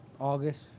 August